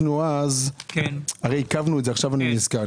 עכשיו אני נזכר,